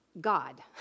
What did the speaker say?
God